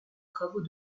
travaux